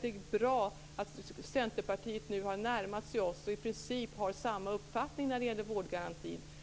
Det är bra att Centerpartiet har närmat sig oss och i princip har samma uppfattning om vårdgarantin.